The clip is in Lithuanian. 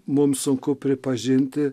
mums sunku pripažinti